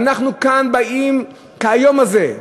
ואנחנו כאן באים כהיום הזה,